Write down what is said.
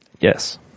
Yes